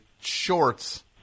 shorts